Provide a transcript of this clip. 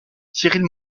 cyrille